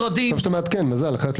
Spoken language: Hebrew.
החוק שכמעט עבר על חודו של קול אחד,